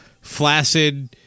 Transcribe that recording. flaccid